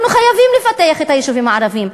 אנחנו חייבים לפתח את היישובים הערביים.